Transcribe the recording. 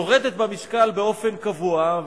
יורדת במשקל באופן קבוע,